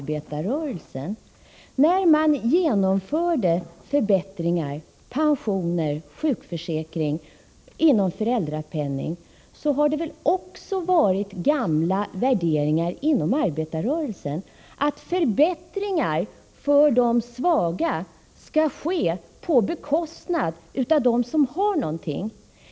Herr talman! Jag vill återkomma till fru Håvik och värderingarna inom arbetarrörelsen. Det har väl varit en gammal värdering inom arbetarrörelsen att förbättringar för de svaga beträffande pensioner, sjukförsäkring och föräldraförsäkring skall ske på bekostnad av dem som har någonting.